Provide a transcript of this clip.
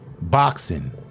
Boxing